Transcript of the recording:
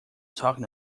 talking